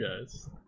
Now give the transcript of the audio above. guys